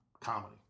Comedy